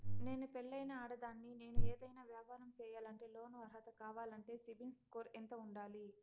నేను పెళ్ళైన ఆడదాన్ని, నేను ఏదైనా వ్యాపారం సేయాలంటే లోను అర్హత కావాలంటే సిబిల్ స్కోరు ఎంత ఉండాలి?